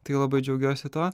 tai labai džiaugiuosi tuo